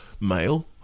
male